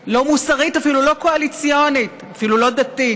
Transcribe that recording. לא מוסרית ואפילו לא קואליציונית ואפילו לא דתית.